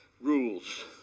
rules